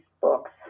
books